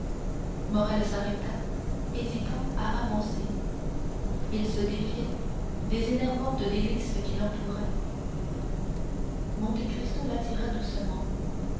morrel s'arrêta hésitant à avancer il se défiait des énervantes délices qui l'entouraient monte cristo l'attira doucement